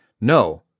no